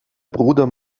bruder